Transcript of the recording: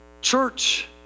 Church